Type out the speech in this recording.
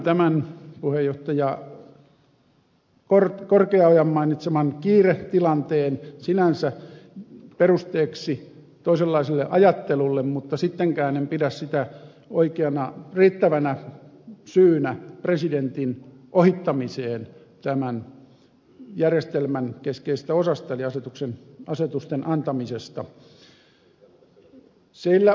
myönnän tämän puheenjohtaja korkeaojan mainitseman kiiretilanteen sinänsä perusteeksi toisenlaiselle ajattelulle mutta sittenkään en pidä sitä oikeana riittävänä syynä presidentin ohittamiseen tämän järjestelmän keskeisestä osasta eli asetusten antamisesta